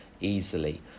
easily